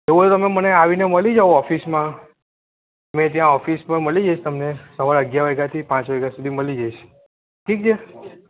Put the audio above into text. તો એવું હોય તો તમે મને આવીને મળી જાઓ ઓફિસમાં મેં ત્યાં ઓફિસ પર મળી જઈશ તમને સવારે અગ્યાર વાગ્યાથી પાંચ વાગ્યા સુધી મળી જઈશ ઠીક છે